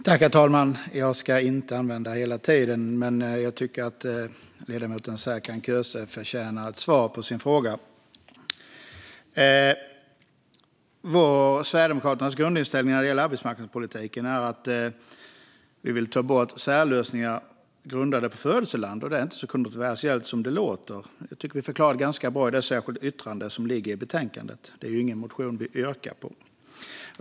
Herr talman! Jag ska inte använda hela talartiden, men jag tycker att ledamoten Serkan Köse förtjänar ett svar på sin fråga. Sverigedemokraternas grundinställning när det gäller arbetsmarknadspolitiken är att vi vill ta bort särlösningar grundade på födelseland. Det är inte så kontroversiellt som det låter. Jag tycker att vi förklarar det ganska bra i det särskilda yttrande som ligger i betänkandet. Det är ingen motion vi yrkar på.